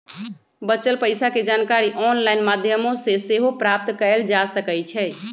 बच्चल पइसा के जानकारी ऑनलाइन माध्यमों से सेहो प्राप्त कएल जा सकैछइ